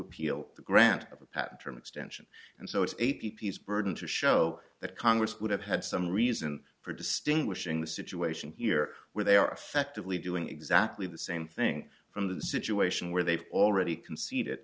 appeal the grant of a patent term extension and so it's a p p s burden to show that congress would have had some reason for distinguishing the situation here where they are effectively doing exactly the same thing from the situation where they've already conce